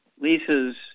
Lisa's